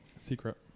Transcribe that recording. Secret